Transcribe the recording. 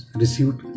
received